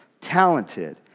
talented